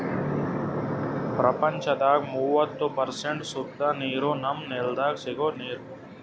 ಪ್ರಪಂಚದಾಗ್ ಮೂವತ್ತು ಪರ್ಸೆಂಟ್ ಸುದ್ದ ನೀರ್ ನಮ್ಮ್ ನೆಲ್ದಾಗ ಸಿಗೋ ನೀರ್